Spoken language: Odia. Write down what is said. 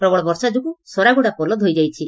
ପ୍ରବଳ ବର୍ଷା ଯୋଗୁଁ ସରାଗୁଡ଼ା ପୋଲ ଧୋଇଯାଇଛି